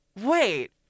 Wait